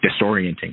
disorienting